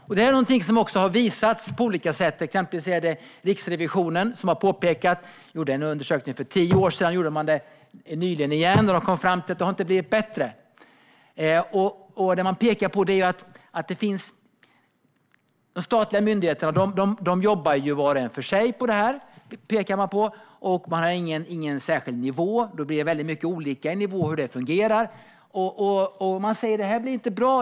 Det är också någonting som har visats på olika sätt; exempelvis gjorde Riksrevisionen en undersökning för tio år sedan och ytterligare en undersökning nyligen, och man kom fram till att det inte har blivit bättre. Man pekar på att de statliga myndigheterna jobbar var och en för sig på detta och inte har någon särskild nivå. Det blir alltså väldigt olika nivåer på hur det fungerar, och man säger att det inte blir bra.